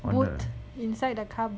boot inside the car boot